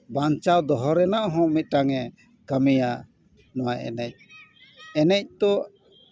ᱵᱟᱧᱪᱟᱣ ᱫᱚᱦᱚ ᱨᱮᱱᱟᱜ ᱦᱚᱸ ᱢᱤᱫᱴᱟᱝ ᱮ ᱠᱟᱹᱢᱤᱭᱟ ᱱᱚᱣᱟ ᱮᱱᱮᱡ ᱮᱱᱮᱡ ᱫᱚ